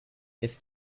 ist